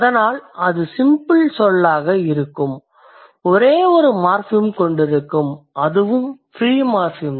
அதனால் அது சிம்பிள் சொல்லாக இருக்கும் ஒரே ஒரு மார்ஃபிம் கொண்டிருக்கும் அதுவும் ஃப்ரீ மார்ஃபிம்